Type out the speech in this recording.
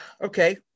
Okay